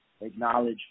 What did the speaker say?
acknowledge